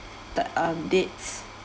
the um dates